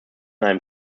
einem